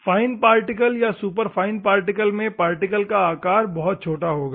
fine particle या super fine particle में particle का आकार छोटा होगा